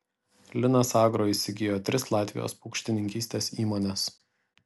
linas agro įsigijo tris latvijos paukštininkystės įmones